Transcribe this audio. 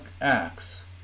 acts